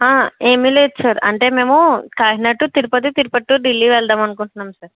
ఏమి లేదు సార్ అంటే మేమూ కాకినాడ టు తిరుపతి తిరుపతి టు ఢిల్లీ వెళ్దామనుకుంటున్నాం సార్